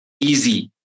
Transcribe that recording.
easy